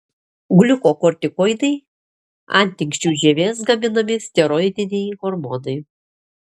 gliukokortikoidai antinksčių žievės gaminami steroidiniai hormonai